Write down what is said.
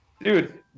Dude